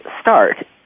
start